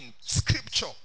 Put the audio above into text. scripture